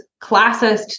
classist